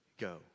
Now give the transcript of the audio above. Go